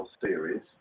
series